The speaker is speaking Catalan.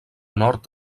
nord